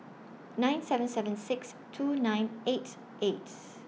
nine seven seven six two nine eight eight